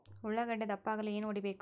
ಉಳ್ಳಾಗಡ್ಡೆ ದಪ್ಪ ಆಗಲು ಏನು ಹೊಡಿಬೇಕು?